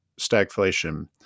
stagflation